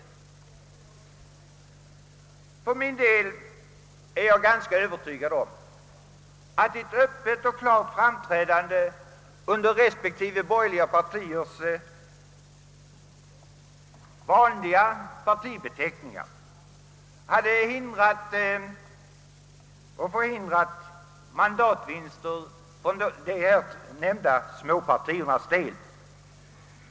Jag för min del är helt övertygad om att ett öppet och klart framträdande under respektive borgerliga partiers vanliga partibeteckningar hade förhindrat att de två småpartierna fått mandat.